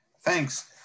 Thanks